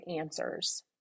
answers